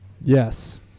yes